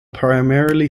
primarily